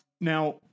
now